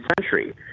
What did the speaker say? century